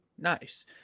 Nice